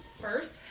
first